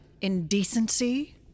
indecency